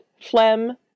phlegm